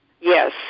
Yes